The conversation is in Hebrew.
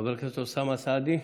חבר הכנסת אוסאמה סעדי,